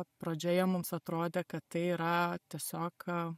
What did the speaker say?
pradžioje mums atrodė kad tai yra tiesiog